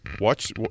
Watch